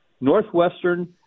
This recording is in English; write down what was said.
Northwestern